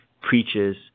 preaches